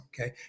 okay